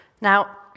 Now